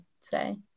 say